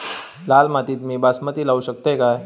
लाल मातीत मी बासमती लावू शकतय काय?